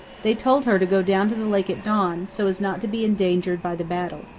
they told her to go down to the lake at dawn, so as not to be endangered by the battle.